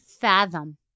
fathom